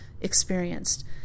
experienced